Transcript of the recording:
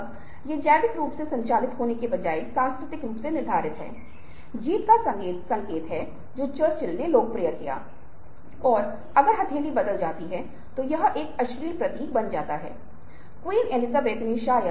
अगर यह एक ऐसी चीज़ है जिसे सत्यापित किया जा सकता है और अगर यह असत्य है तो यह हेरफेर है